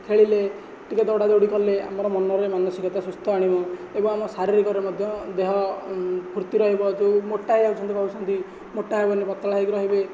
ଖେଳିଲେ ଟିକିଏ ଦୌଡ଼ାଦୌଡ଼ି କଲେ ଆମର ମନରେ ମାନସିକତା ସୁସ୍ଥ ଆଣିବ ଏବଂ ଆମ ଶାରୀରିକରେ ମଧ୍ୟ ଦେହ ଫୁର୍ତ୍ତି ରହିବ ଯେଉଁ ମୋଟା ହୋଇଯାଉଛନ୍ତି ଭାବୁଛନ୍ତି ମୋଟା ହେବେନି ପତଳା ହୋଇକି ରହିବେ